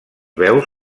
veus